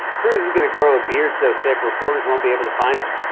cruz is gonna grow a beard so thick reporters won't be able to find him.